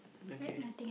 okay